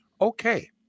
okay